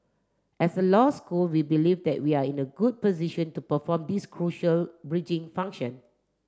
as a law school we believe that we are in a good position to perform this crucial bridging function